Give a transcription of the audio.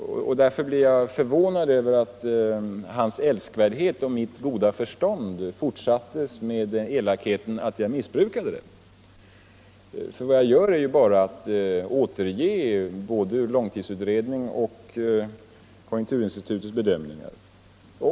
Därför blev jag förvånad över att hans älskvärdhet i fråga om mitt goda förstånd utbyttes mot elakheten att jag missbrukade det. Vad jag gör är ju bara att återge långtidsutredningens och konjunkturinstitutets bedömningar.